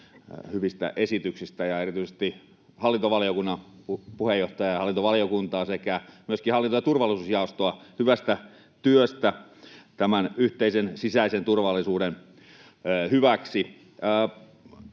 hyvistä esityksistä ja erityisesti hallintovaliokunnan puheenjohtajaa ja hallintovaliokuntaa sekä myöskin hallinto- ja turvallisuusjaostoa hyvästä työstä tämän yhteisen sisäisen turvallisuuden hyväksi.